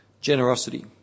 Generosity